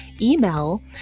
email